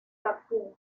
bakú